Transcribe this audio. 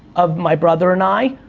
of my brother and i,